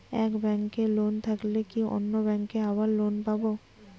এক ব্যাঙ্কে লোন থাকলে কি অন্য ব্যাঙ্কে আবার লোন পাব?